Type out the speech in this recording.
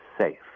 safe